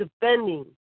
defending